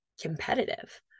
competitive